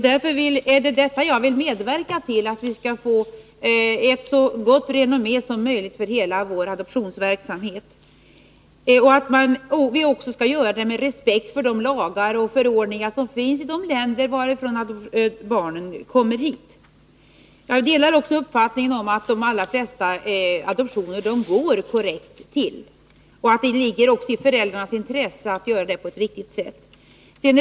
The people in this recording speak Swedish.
Jag vill därför medverka till att vi skall få ett så gott renommé som möjligt för hela vår adoptionsverksamhet och att den skall ske med respekt för de lagar och förordningar som finns i de länder varifrån barn kommer hit. Jag delar även uppfattningen att de allra flesta adoptioner går korrekt till. Det ligger också i föräldrarnas intresse att göra adoptionen på ett riktigt sätt.